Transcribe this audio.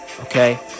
Okay